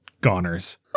goners